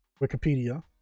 Wikipedia